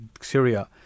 Syria